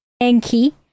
Enki